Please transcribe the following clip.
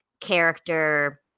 character